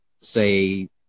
say